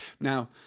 Now